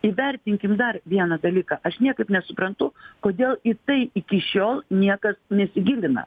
įvertinkim dar vieną dalyką aš niekaip nesuprantu kodėl į tai iki šiol niekas nesigilina